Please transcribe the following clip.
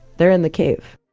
they're in the cave